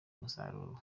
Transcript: umusaruro